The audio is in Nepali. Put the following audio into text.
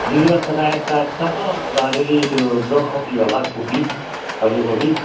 बिरुवा त रायो साग छ अन्त अलि अलि त्यो ब्रोकाउली होला कोपी हरियो कोपी